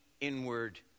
inward